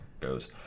goes